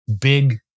big